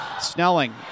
Snelling